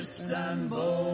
Istanbul